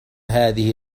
هذه